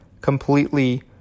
completely